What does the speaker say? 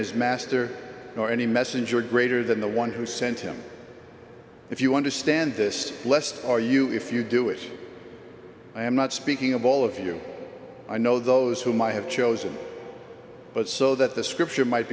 his master or any messenger greater than the one who sent him if you understand this lesson or you if you do it i am not speaking of all of you i know those whom i have chosen but so that the scripture might